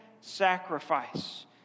sacrifice